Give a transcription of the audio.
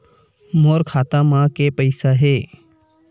मोर खाता म के पईसा हे?